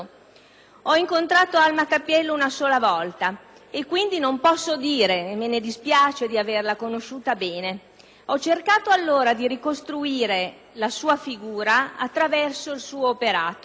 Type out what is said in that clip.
Ho incontrato Alma Cappiello una sola volta, quindi non posso dire - e me ne dispiace - di averla conosciuta bene. Ho cercato allora di ricostruire la sua figura attraverso il suo operato